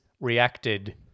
Reacted